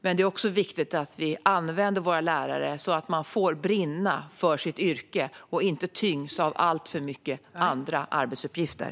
Men det är också viktigt att vi använder våra lärare så att de får brinna för sitt yrke och inte tyngs av alltför många andra arbetsuppgifter.